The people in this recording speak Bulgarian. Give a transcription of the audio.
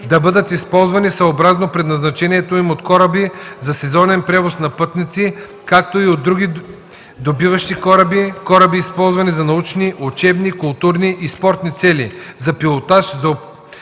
да бъдат използвани съобразно предназначението им от кораби за сезонен превоз на пътници, както и от други добиващи кораби, кораби, използвани за научни, учебни, културни и спортни цели, за пилотаж, за упражняване